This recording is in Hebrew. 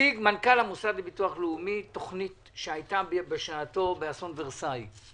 מנכ"ל הביטוח לאומי הציג תוכנית שהייתה בשעתו באסון ורסאי.